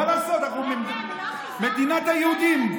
מה לעשות, מדינת היהודים.